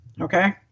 okay